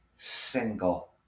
single